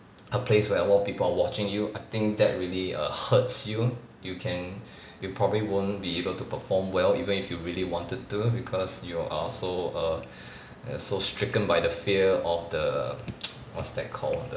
a place where a lot of people are watching you I think that really err hurts you you can you probably won't be able to perform well even if you really wanted to because you are so err err so stricken by the fear of the what's that called